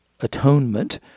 atonement